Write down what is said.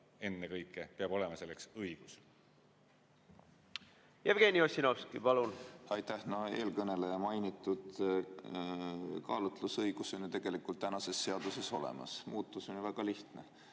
ennekõike peab olema selleks õigus. Jevgeni Ossinovski, palun! Aitäh! No eelkõneleja mainitud kaalutlusõigus on tegelikult tänases seaduses olemas. Muutus on ju väga lihtne.